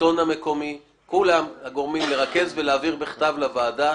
השלטון המקומי וכל הגורמים לרכז ולהעביר בכתב לוועדה.